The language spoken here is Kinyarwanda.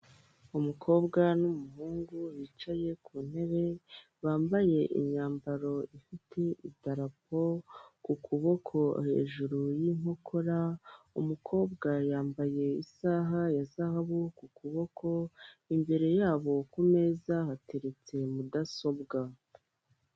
Umukobwa n'umuhungu bicaye ku ntebe bambaye imyambaro ifite idarapo ku kuboko hejuru y'inkokora umukobwa yambaye isaha ya zahabu ku kuboko imbere yabo ku meza hateretse mudasobwa.